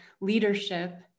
leadership